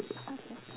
okay